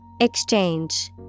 Exchange